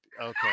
okay